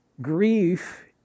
Grief